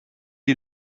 est